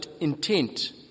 intent